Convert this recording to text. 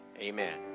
Amen